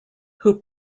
who